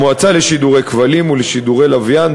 המועצה לשידורי כבלים ולשידורי לוויין,